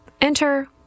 Enter